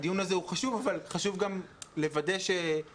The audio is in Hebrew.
הדיון הזה הוא חשוב אבל חשוב גם לוודא שהמריבות